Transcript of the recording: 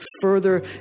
further